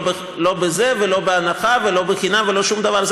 לא בזה ולא בהנחה ולא בחינם ולא שום דבר.